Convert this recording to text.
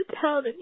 town